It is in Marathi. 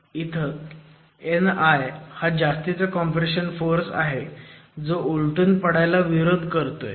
इथं Ni हा जास्तीचा कॉम्प्रेशन फोर्स आहे जो उलटून पडायला विरोध करतोय